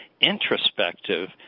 introspective